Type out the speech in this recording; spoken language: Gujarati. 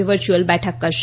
વર્યુઅલ બેઠક કરશે